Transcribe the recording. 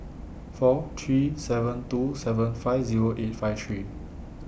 four three seven two seven five Zero eight five three